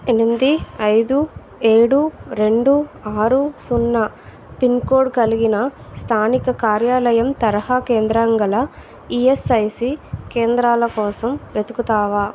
ఎనిమిది ఐదు ఏడు రెండు ఆరు సున్నా పిన్కోడ్ కలిగిన స్థానిక కార్యాలయం తరహా కేంద్రం గల ఈఎస్ఐసి కేంద్రాల కోసం వెతుకుతావా